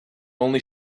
only